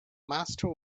master